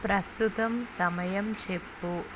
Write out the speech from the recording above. ప్రస్తుత సమయం చెప్పు